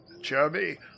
Jeremy